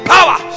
Power